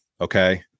okay